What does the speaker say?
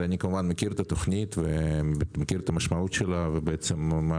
כמובן אני מכיר את התוכנית ואת המשמעות שלה והיא